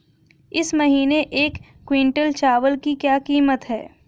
इस महीने एक क्विंटल चावल की क्या कीमत है?